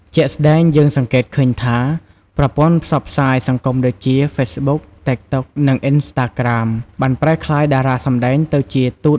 ជាក់ស្ដែងយើងសង្កេតឃើញថា ប្រព័ន្ធផ្សព្វផ្សាយសង្គមដូចជា ហ្វេសប៊ុក តិកតុក និង អុីនស្តាក្រាម បានប្រែក្លាយតារាសម្ដែងទៅជា "ទូតវប្បធម៌" ដ៏មានឥទ្ធិពល។